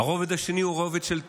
הרובד השני הוא רובד של תהליכים,